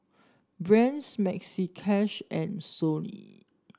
Brand's Maxi Cash and Sony